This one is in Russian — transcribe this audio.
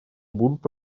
будут